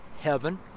heaven